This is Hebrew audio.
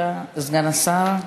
בבקשה, סגן השר,